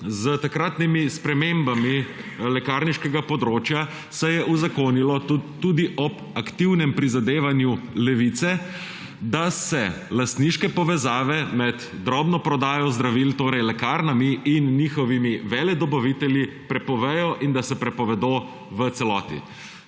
S takratnimi spremembami lekarniškega področja se je uzakonilo tudi ob aktivnem prizadevanju Levice, da se lastniške povezave med drobno prodajo zdravil, torej lekarnami, in njihovimi veledobavitelji prepovedo in da se prepovedo v celoti.